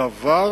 דבר